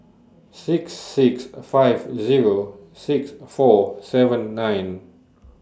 six six five Zero six four seven nine